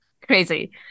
crazy